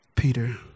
Peter